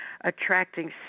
attracting